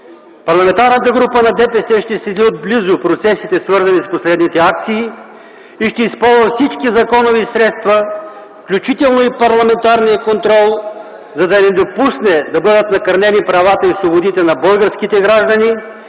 Парламентарната група на ДПС ще следи отблизо процесите, свързани с последните акции, и ще използва всички законови средства, включително и парламентарния контрол, за да не допусне да бъдат накърнени правата и свободите на българските граждани,